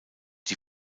die